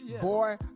Boy